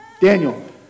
Daniel